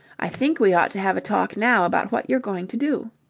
i think we ought to have a talk now about what you're going to do.